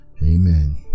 Amen